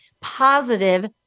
positive